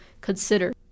consider